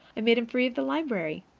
i made him free of the library.